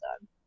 done